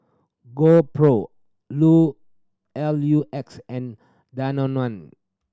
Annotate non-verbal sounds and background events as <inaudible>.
GoPro <unintelligible> L U X and Danone